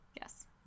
Yes